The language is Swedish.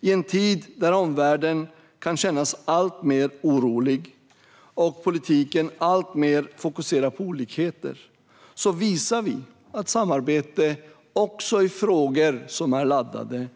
I en tid där omvärlden kan kännas alltmer orolig och politiken alltmer fokuserar på olikheter visar vi att samarbete är möjligt också i frågor som är laddade